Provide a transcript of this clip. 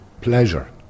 pleasure